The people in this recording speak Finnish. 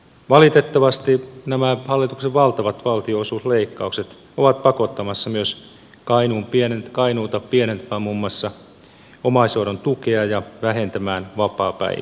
valitettavasti nämä hallituksen valtavat valtionosuusleikkaukset ovat pakottamassa myös kainuuta pienentämään muun muassa omaishoidon tukea ja vähentämään vapaapäiviä